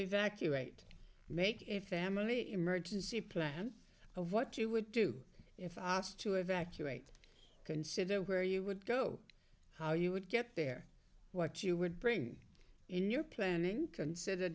evacuate make if the family emergency plan of what you would do if i asked to evacuate consider where you would go how you would get there what you would bring in your planning consider